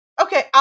Okay